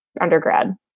undergrad